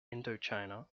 indochina